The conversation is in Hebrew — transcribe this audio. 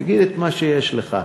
תגיד את מה שיש לך.